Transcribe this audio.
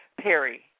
Perry